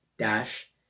dash